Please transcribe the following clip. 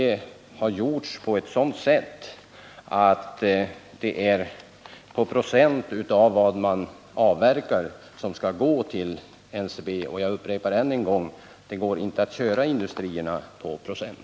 De har gjorts upp på ett sådant sätt att det är en viss procent av det man avverkar som skall ga till NCB. Men kvantiteten är ju avgörande. Och jag upprepar än en gång: Det går inte att köra industrierna på procent.